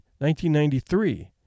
1993